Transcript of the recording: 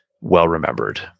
well-remembered